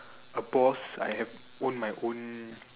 a boss I have all my own